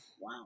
Wow